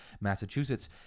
Massachusetts